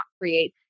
create